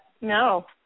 No